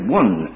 one